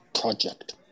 project